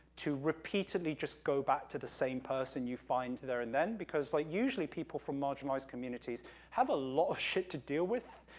to repeatedly just go back to the same person you find there and then, because, like, usually, people from marginalized communities have a lot of shit to deal with,